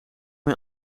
mij